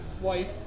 wife